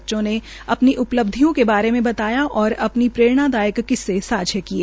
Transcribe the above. बच्चों ने अपनी उपलब्धियों के बारे में बताया और अपनी प्ररेणादायक किस्से सांझज्ञा किए